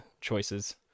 choices